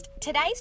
Today's